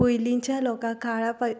पयलींच्या लोका काळा प